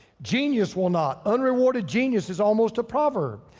genius will not. unrewarded genius is almost a proverb.